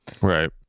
right